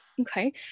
Okay